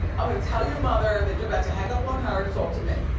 i mean to tell your mother that you're about to hang up on her to talk to me.